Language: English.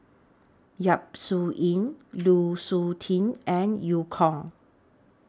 Yap Su Yin Lu Suitin and EU Kong